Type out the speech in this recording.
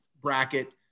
bracket